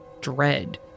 dread